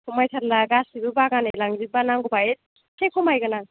खमायथारला गासैबो बागानै लांजोब्बा नांगौबा एसे खमायगोन आं